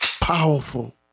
powerful